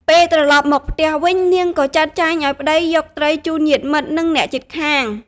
ពេលត្រឡប់មកផ្ទះវិញ នាងក៏ចាត់ចែងឱ្យប្តីយកត្រីជូនញាតិមិត្ត និងអ្នកជិតខាង។